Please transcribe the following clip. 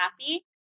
happy